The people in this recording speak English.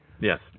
Yes